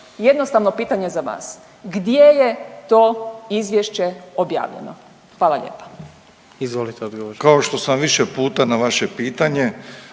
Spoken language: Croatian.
Jednostavno pitanje za vas. Gdje je to izvješće objavljeno? Hvala lijepa.